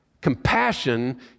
Compassion